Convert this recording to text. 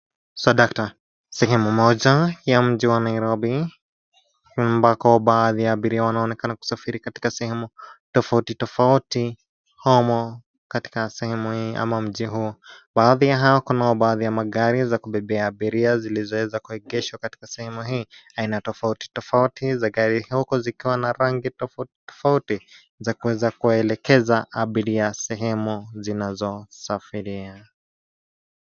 Swadakta! Sehemu moja ya mji wa Nairobi ambako baadhi ya abiria wanaonekana kusafiri katika sehemu tofauti tofauti ama katika sehemu hii ama mji huu . Baadhi ya hao kuna baadhi ya magari za kubebea abiria zilizoweza kuegeshwa katika sehemu hii. Aina tofauti tofauti za gari zilioko zikiwa na rangi tofauti za kuweza kuwaelekeza abiria sehemu zinazosafiria .